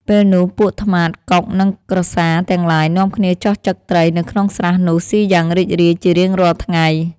ពេលនោះ ពួកត្មាត កុក និងក្រសារ ទាំងឡាយ នាំគ្នាចុះចឹកត្រីនៅក្នុងស្រះនោះស៊ីយ៉ាងរីករាយជារៀងរាល់ថ្ងៃ។